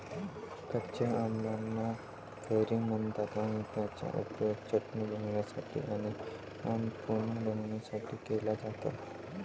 कच्या आंबाना कैरी म्हणतात आणि त्याचा उपयोग चटणी बनवण्यासाठी आणी आम पन्हा बनवण्यासाठी केला जातो